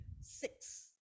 six